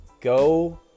Go